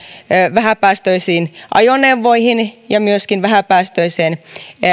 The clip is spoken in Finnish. vähäpäästöisiin ajoneuvoihin ja myöskin vähäpäästöiseen